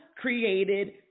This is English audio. created